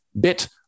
bit